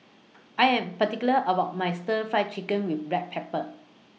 I Am particular about My Stir Fry Chicken with Black Pepper